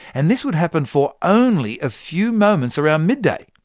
and this would happen for only a few moments around midday.